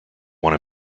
one